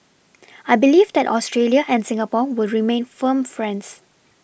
I believe that Australia and Singapore will remain firm friends